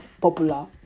popular